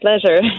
pleasure